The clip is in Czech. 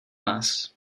nás